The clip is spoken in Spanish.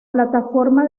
plataforma